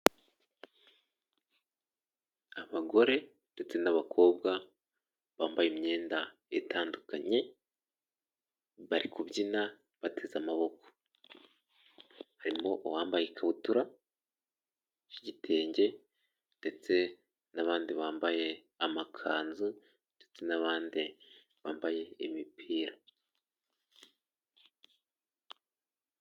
Abagore ndetse n'abakobwa bambaye imyenda itandukanye bari kubyina bateze amaboko. Harimo uwambaye ikabutura y'igitenge ndetse n'abandi bambaye amakanzu ndetse n'abandi bambaye imipira.